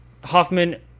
Hoffman